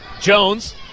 Jones